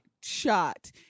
shot